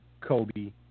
Kobe